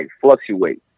fluctuates